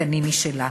תקנים משלה.